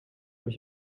mich